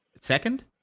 Second